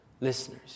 listeners